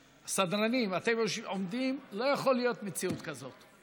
סדרנים, אתם עומדים, לא יכולה להיות מציאות כזאת.